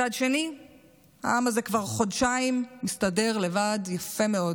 מצד שני העם הזה מסתדר לבד יפה מאוד